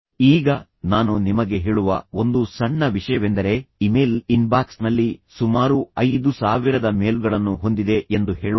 ಈಗ ನಾನು ನಿಮಗೆ ಹೇಳುವ ಒಂದು ಸಣ್ಣ ವಿಷಯವೆಂದರೆ ಇಮೇಲ್ ಇನ್ಬಾಕ್ಸ್ನಲ್ಲಿ ಸುಮಾರು 5000 ಮೇಲ್ಗಳನ್ನು ಹೊಂದಿದೆ ಎಂದು ಹೇಳೋಣ